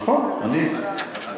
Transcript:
דרך אגב, זה מייצר